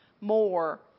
more